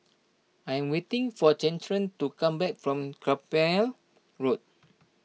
I am waiting for Gretchen to come back from Carpmael Road